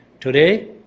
Today